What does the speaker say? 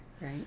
right